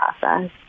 process